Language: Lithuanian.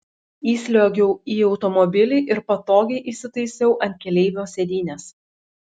įsliuogiau į automobilį ir patogiai įsitaisiau ant keleivio sėdynės